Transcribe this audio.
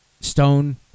Stone